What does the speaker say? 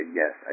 yes